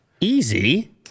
Easy